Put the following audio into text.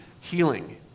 healing